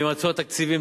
ויימצאו התקציבים,